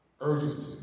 Urgency